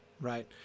right